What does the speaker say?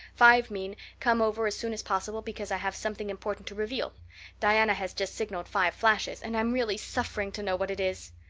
five mean, come over as soon as possible, because i have something important to reveal diana has just signaled five flashes, and i'm really suffering to know what it is.